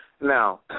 Now